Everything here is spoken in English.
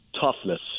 toughness